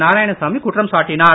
நாராயணசாமி குற்றம் சாட்டினார்